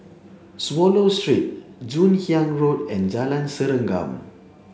Swallow Street Joon Hiang Road and Jalan Serengam